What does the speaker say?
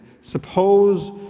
Suppose